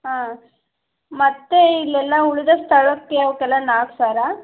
ಹಾಂ ಮತ್ತು ಇಲ್ಲೆಲ್ಲ ಉಳಿದ ಸ್ಥಳಕ್ಕೆ ಅವಕ್ಕೆಲ್ಲ ನಾಲ್ಕು ಸಾವಿರ